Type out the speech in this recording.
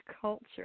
culture